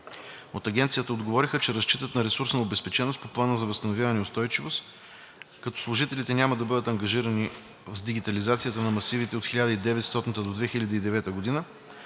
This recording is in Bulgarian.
от Агенцията отговориха, че разчитат на ресурсна обезпеченост по Плана за възстановяване и устойчивост, като служителите няма да бъдат ангажирани с дигитализацията на масивите от 1900 г. до 2009 г., а